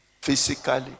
physically